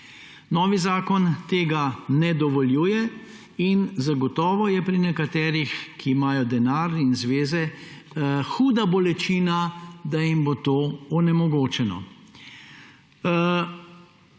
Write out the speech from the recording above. Novi zakon tega ne dovoljuje in zagotovo je pri nekaterih, ki imajo denar in zveze, huda bolečina, da jim bo to onemogočeno.